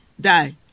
die